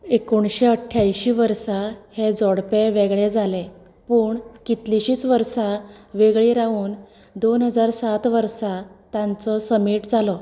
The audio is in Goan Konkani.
एकोणशे अठ्ठ्यायशीं वर्सा हें जोडपें वेगळें जालें पूण कितलिशींच वर्सां वेगळी रावून दोन हजार सात वर्सा तांचो समेट जालो